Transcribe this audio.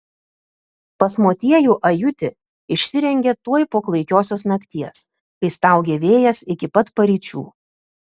pas motiejų ajutį išsirengė tuoj po klaikiosios nakties kai staugė vėjas iki pat paryčių